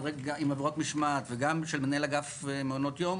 עבירות משמעת וגם של מנהל אגף מעונות יום